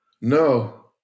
No